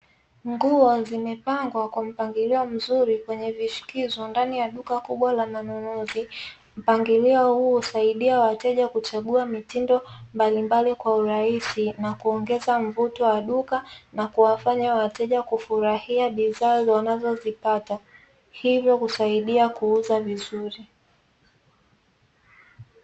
Nguo zimepangwa kwa mpangilio mzuri kwenye vishikizo ndani ya duka kubwa la manunuzi, mpangilio huu husaidia wateja kuchagua mitindo mbalimbali kwa urahisi na kuongeza mvuto wa duka na kuwafanya wateja kufurahia bidhaa wanazozipata, hivyo kusaidia kuuza vizuri.